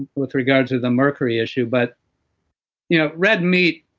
with regards of the mercury issue. but you know red meat,